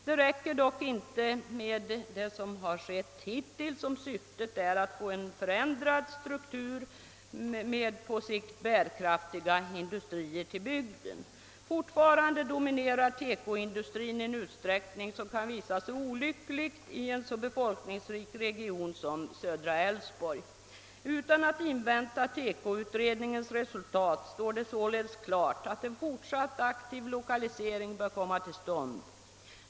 Det räcker dock inte med det som har skett hittills, om syftet är att få till stånd en förändrad struktur med på sikt bärkraftiga industrier i bygden. Fortfarande dominerar TEKO-industrin i en utsträckning som kan visa sig olycklig i en så befolkningsrik region som södra delen av Älvsborgs län. Oavsett TEKO-utredningens resultat står det således klart, att en fortsatt aktiv lokalisering bör komma till stånd.